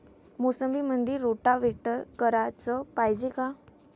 मोसंबीमंदी रोटावेटर कराच पायजे का?